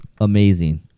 amazing